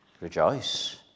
rejoice